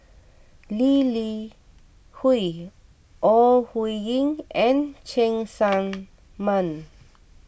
Lee Li Hui Ore Huiying and Cheng Tsang Man